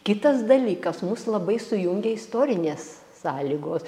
kitas dalykas mus labai sujungia istorinės sąlygos